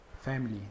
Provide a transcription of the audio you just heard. family